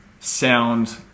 Sound